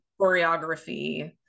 choreography